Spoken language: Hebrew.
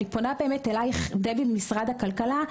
אני פונה אלייך, דבי, ממשרד הכלכלה.